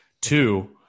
Two